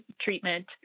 treatment